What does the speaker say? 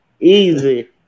easy